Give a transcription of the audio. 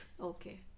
Okay